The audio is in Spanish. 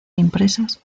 impresas